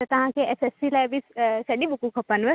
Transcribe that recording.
त तव्हांखे एसएससी लाइ बि सॼी बुकूं खपनव